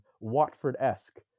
Watford-esque